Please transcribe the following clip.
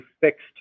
fixed